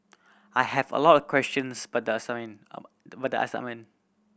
I have a lot of questions about the assignment of but the assignment